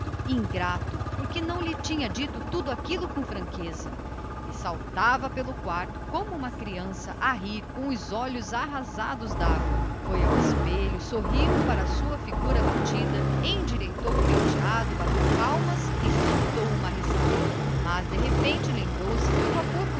ingrato mas por que não lhe dissera logo tudo aquilo com franqueza e saltava pelo quarto como uma criança a rir com os olhos arrasados de água foi ao espelho sorriu para a sua figura abatida endireitou estouvadamente o penteado bateu palmas e soltou uma risada mas de improviso lembrou-se de que o vapor